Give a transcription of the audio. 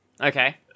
Okay